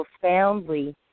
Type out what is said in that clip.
profoundly